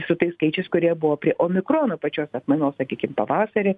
su tais skaičiais kurie buvo prie omikrono pačios atmainos sakykim pavasarį